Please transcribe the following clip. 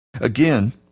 Again